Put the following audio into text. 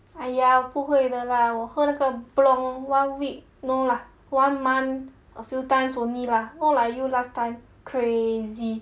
!aiya! 不会的 lah 我喝那个 Blanc one week no lah one month a few times only lah not like you last time crazy